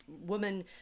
woman